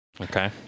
Okay